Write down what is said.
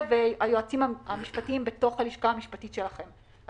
היועצים המשפטיים בתוך הלשכה המשפטית שלכם.